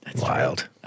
wild